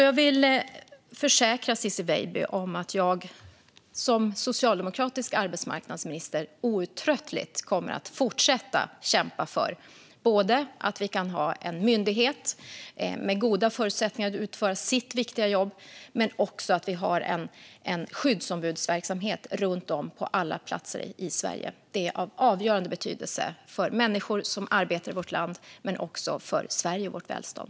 Jag vill försäkra Ciczie Weidby om att jag som socialdemokratisk arbetsmarknadsminister outtröttligt kommer att fortsätta kämpa både för att vi ska ha en myndighet med goda förutsättningar att utföra sitt viktiga jobb och för att vi ska fortsätta ha en skyddsombudsverksamhet på alla platser runt om i Sverige. Det är av avgörande betydelse för människor som arbetar i vårt land men också för Sverige och vårt välstånd.